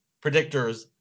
Predictors